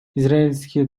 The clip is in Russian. израильские